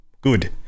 good